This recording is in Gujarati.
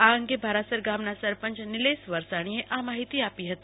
આ અંગે ભારોસર ગામના સરપંચ નીલેશ વરસાણીએ આ માહિતી આપી હતી